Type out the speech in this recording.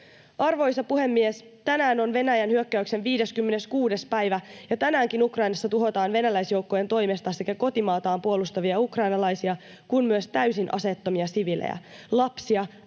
Arvoisa puhemies! Tänään on Venäjän hyökkäyksen 56. päivä, ja tänäänkin Ukrainassa tuhotaan venäläisjoukkojen toimesta sekä kotimaataan puolustavia ukrainalaisia että myös täysin aseettomia siviilejä, lapsia,